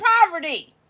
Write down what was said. poverty